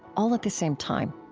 all at the same time.